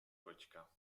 kočka